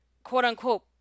quote-unquote